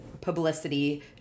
publicity